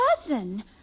cousin